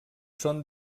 són